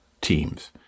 teams